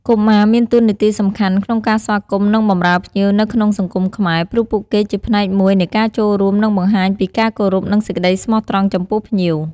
កុមារមានតួនាទីសំខាន់ក្នុងការស្វាគមន៍ និងបម្រើភ្ញៀវនៅក្នុងសង្គមខ្មែរ ព្រោះពួកគេជាផ្នែកមួយនៃការចូលរួម និងបង្ហាញពីការគោរពនិងសេចក្តីស្មោះត្រង់ចំពោះភ្ញៀវ។